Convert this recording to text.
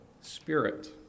spirit